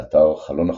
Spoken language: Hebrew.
באתר 'חלון אחורי',